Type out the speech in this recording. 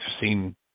seen